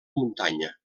muntanya